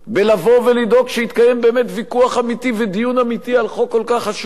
לבוא ולדאוג שיתקיים באמת ויכוח אמיתי ודיון אמיתי על חוק כל כך חשוב,